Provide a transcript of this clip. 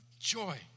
joy